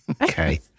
Okay